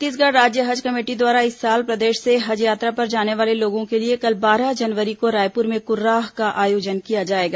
छत्तीसगढ़ राज्य हज कमेटी द्वारा इस साल प्रदेश से हज यात्रा पर जाने वाले लोगों के लिए कल बारह जनवरी को रायपुर में कुर्राह का आयोजन किया जाएगा